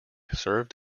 served